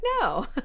no